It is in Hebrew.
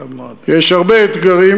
יש הרבה אתגרים.